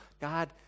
God